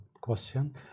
question